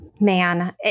man